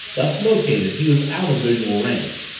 thus located he was out of visual range,